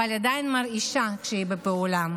אבל היא עדיין מרעישה כשהיא בפעולה,